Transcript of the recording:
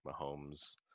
Mahomes